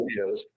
videos